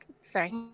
sorry